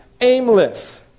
aimless